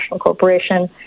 corporation